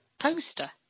poster